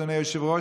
אדוני היושב-ראש,